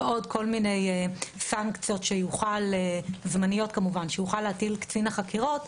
ועוד כל מיני סנקציות זמניות שיוכל להטיל קצין החקירות.